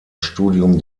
studium